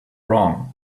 wrong